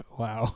wow